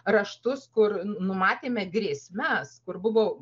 raštus kur numatėme grėsmes kur buvo